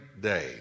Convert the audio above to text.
day